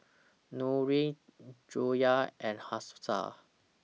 Nurin Joyah and Hafsa